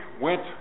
went